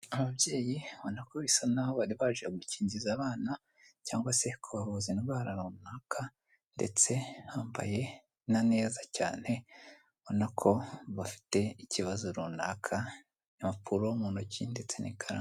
Ababyeyi ubonako bisa naho bari baje gukingiza abana cyangwa se kubavuza indwara runaka ndetse bambaye na neza cyane ubona ko bafite ikibazo runaka. Impapuro mu ntoki ndetse n'ikaramu.